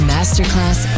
Masterclass